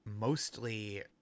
mostly